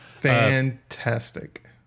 Fantastic